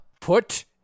Put